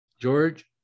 George